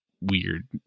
weird